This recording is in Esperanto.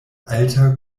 alta